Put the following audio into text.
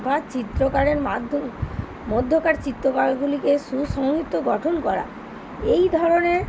বা চিত্রকারের মাধ্যমে মধ্যকার চিত্রকারগুলিকে সুসংহত গঠন করা এই ধরনের